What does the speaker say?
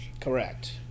Correct